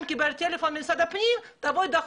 קיבל טלפון ממשרד הפנים: תבוא דחוף,